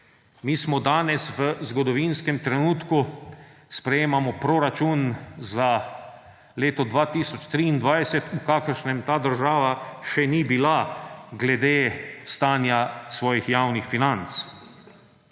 Mi smo danes v zgodovinskem trenutku, sprejemamo proračun za leto 2023, v kakšnem ta država še ni bila glede stanja svojih javnih financ.